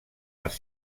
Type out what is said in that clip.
les